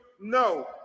No